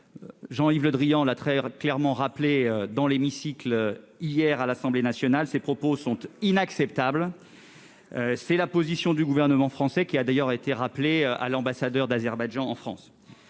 Jean-Yves Le Drian l'a hier très clairement rappelé dans l'hémicycle de l'Assemblée nationale : ces propos sont inacceptables. Cette position du gouvernement français a d'ailleurs été rappelée à l'ambassadeur d'Azerbaïdjan en France.